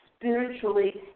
spiritually